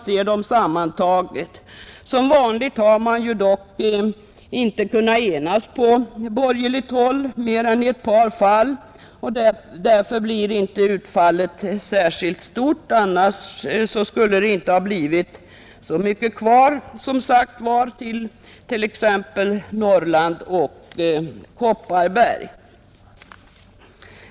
Som vanligt har man dock inte kunnat enas på borgerligt håll mer än i ett par fall, och därför blir inte utfallet särskilt stort. Eljest skulle det som sagt inte ha blivit så mycket kvar för exempelvis Norrland och Kopparbergs län.